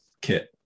kit